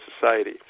society